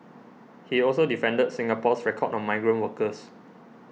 he also defended Singapore's record on migrant workers